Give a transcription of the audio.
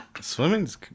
Swimming's